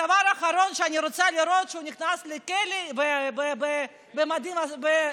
הדבר האחרון שאני רוצה לראות הוא שהוא נכנס לכלא במדי אסיר.